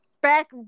Back